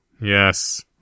yes